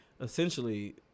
essentially